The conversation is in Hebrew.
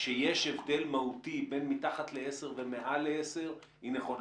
שיש הבדל מהותי בין מתחת לעשר ולבין מעל לעשר היא נכונה?